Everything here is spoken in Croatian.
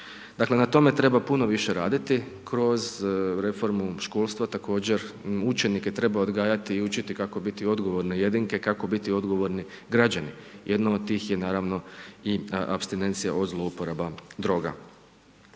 Dakle, na tome treba puno više raditi kroz reformu školstva, također učenike treba odgajati i učiti kako biti odgovorne jedinke, kako biti odgovorni građani. Jedno od tih je naravno i apstinencija od zlouporaba droga.